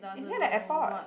it's near the airport